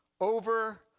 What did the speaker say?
over